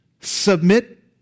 Submit